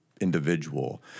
individual